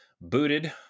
booted